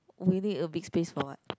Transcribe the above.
we need a big space for what